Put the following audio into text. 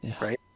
right